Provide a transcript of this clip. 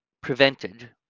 prevented